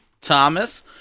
Thomas